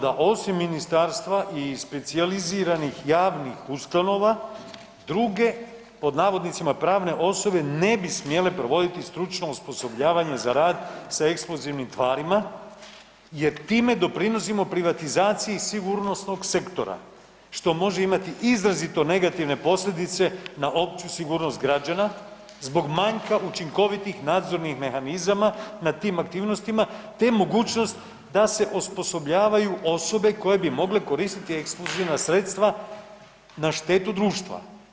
Dakle mi smatramo da osim ministarstva i specijaliziranih javnih ustanova, druge pod navodnicima, pravne osobe, ne bi smjele provoditi stručno osposobljavanje za rad s eksplozivnim tvarima jer time doprinosima privatizaciji sigurnosnog sektora što može imati izrazito negativne posljedice na opću sigurnost građana zbog manjka učinkovitih nadzornih mehanizama nad tim aktivnostima te mogućnost da se osposobljavaju osobe koje bi mogle koristiti eksplozivna sredstva na štetu društva.